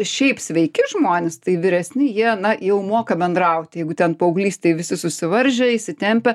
šiaip sveiki žmonės tai vyresni jie na jau moka bendraut jeigu ten paauglystėj visi susivaržę įsitempę